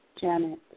Janet